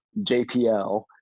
JPL